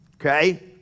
Okay